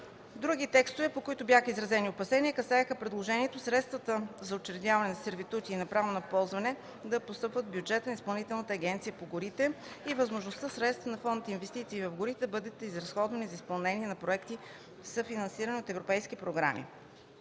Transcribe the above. Други текстове, по които бяха изразени опасения, касаеха предложението средствата от учредяване на сервитути и на право на ползване да постъпват в бюджета на Изпълнителната агенция по горите и възможността средствата на Фонд „Инвестиции в горите” да бъдат разходвани за изпълнение на проекти, съфинансирани от европейски програми.